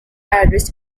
address